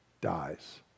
dies